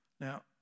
Now